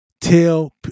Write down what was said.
tell